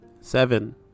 Seven